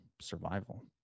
survival